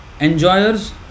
enjoyers